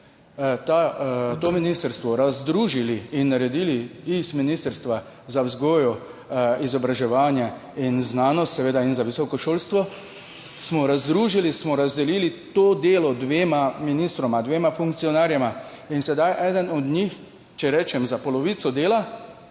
to ministrstvo razdružili in naredili iz Ministrstva za vzgojo, izobraževanje in znanost seveda, in za visoko šolstvo smo razdružili, smo razdelili to delo dvema ministroma, dvema funkcionarjema in sedaj eden od njih, če rečem za polovico dela,